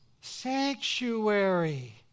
sanctuary